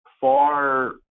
far